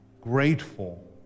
grateful